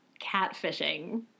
catfishing